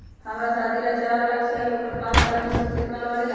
हमरा शादी ला चार लाख चाहि उकर पाँच साल मे सूद कितना परेला?